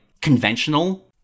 conventional